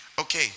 Okay